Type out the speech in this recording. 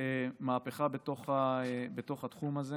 מהפכה בתוך התחום הזה.